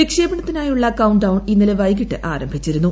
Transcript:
വിക്ഷേപണത്തിനായുള്ള countdown ഇന്നലെ വൈകിട്ട് ആരംഭിച്ചിരുന്നു